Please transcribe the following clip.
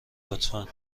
لطفا